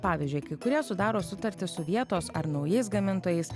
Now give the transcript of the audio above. pavyzdžiui akių kurie sudaro sutartį su vietos ar naujais gamintojais